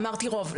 אמרתי רוב.